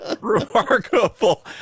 remarkable